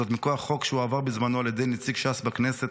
זאת מכוח חוק שהועבר בזמנו על ידי נציג ש"ס בכנסת,